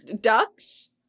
ducks